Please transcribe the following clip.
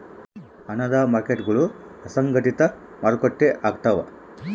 ಹಣದ ಮಾರ್ಕೇಟ್ಗುಳು ಅಸಂಘಟಿತ ಮಾರುಕಟ್ಟೆ ಆಗ್ತವ